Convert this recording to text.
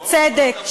צדק,